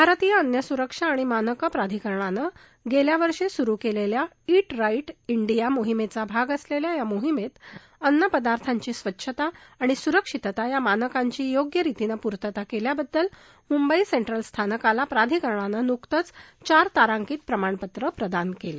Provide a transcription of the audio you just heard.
भारतीय अन्न सुरक्षा आणि मानकं प्राधिकरणानं गेल्या वर्षी सुरू केलेल्या ते राईट डिया मोहिमेचा भाग असलेल्या या मोहिमेत अन्न पदार्थांची स्वच्छता आणि सुरक्षितता या मानकांची योग्य रीतीनं पूर्तता केल्याबद्दल मुंबई सेंट्रल स्थानकाला प्राधिकरणानं नुकतंच चार तारांकित प्रमाणपत्र प्रदान केलं